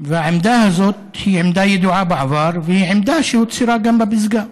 והעמדה הזאת היא עמדה ידועה בעבר והיא עמדה שהוצהרה גם בפסגה.